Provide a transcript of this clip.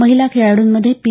महिला खेळाडूंमध्ये पी